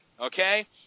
okay